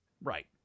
Right